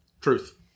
Truth